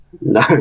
no